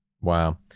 Wow